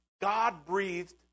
God-breathed